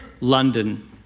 London